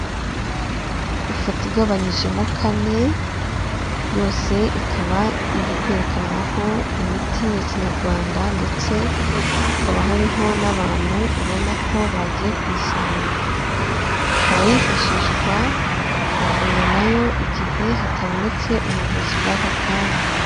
Ifoto igabanyijemo kane, yose ikaba iri kwerekanwaho imiti ya kinyarwanda ndetse hakaba hariho n'abantu ubona ko bagiye kuyisarura. Ikaba yifashishwa mu kuvura na yo igihe hatabonetse ubuvuzi bw'ako kanya.